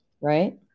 right